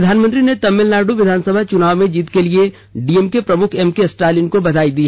प्रधानमंत्री ने तमिलनाडू विधानसभा चुनाव में जीत के लिए डीएमके प्रमुख एमकेस्टालिन को बधाई दी